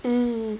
mm